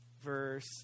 Verse